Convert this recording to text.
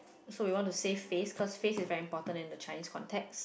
so we want to save face cause face is very important in the Chinese context